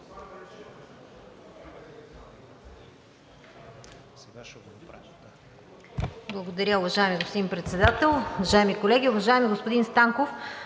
Благодаря, уважаеми господин Председател. Уважаеми колеги, уважаеми господин Станков!